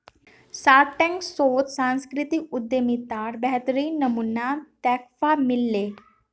Shark Tank शोत सांस्कृतिक उद्यमितार बेहतरीन नमूना दखवा मिल ले